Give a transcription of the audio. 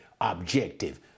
objective